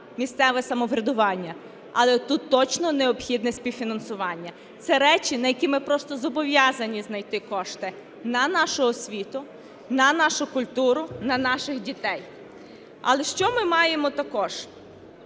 місцеве самоврядування. Але тут точно необхідне спів фінансування. Це речі на які ми просто зобов'язані знайти кошти: на нашу освіту, на нашу культуру, на наших дітей. Але, що ми маємо також?